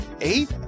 eight